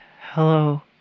Hello